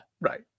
Right